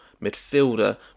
midfielder